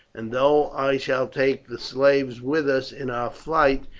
and though i shall take the slaves with us in our flight,